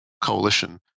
coalition